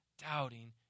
Doubting